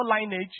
lineage